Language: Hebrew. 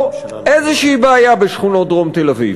איזושהי בעיה בשכונות דרום תל-אביב.